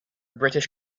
british